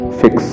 fix